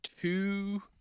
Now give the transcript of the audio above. two